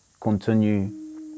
continue